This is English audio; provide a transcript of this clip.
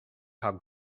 how